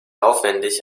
aufwendig